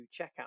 checkout